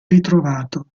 ritrovato